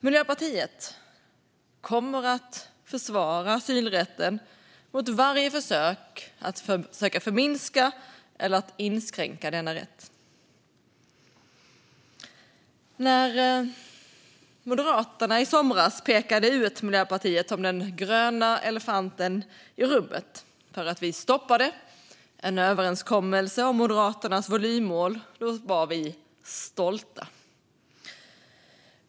Miljöpartiet kommer att försvara asylrätten mot varje försök att förminska eller inskränka den. När Moderaterna i somras pekade ut Miljöpartiet som den gröna elefanten i rummet för att vi stoppade en överenskommelse om Moderaternas volymmål var vi stolta.